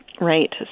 Right